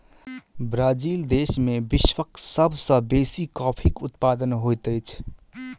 Brazil देश में विश्वक सब सॅ बेसी कॉफ़ीक उत्पादन होइत अछि